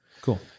Cool